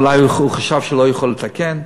אולי חשב שלא יוכל לתקן.